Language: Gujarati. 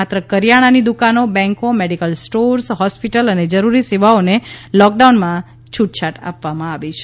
માત્ર કરિયાણાની દુકાનો બેન્કો મેડિકલ સ્ટોર્સ હોસ્પિટલો અને જરૂરી સેવાઓને લૉકડાઉનમાંથી છૂટ આપવામાં આવી છે